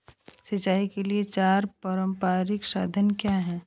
सिंचाई के चार पारंपरिक साधन क्या हैं?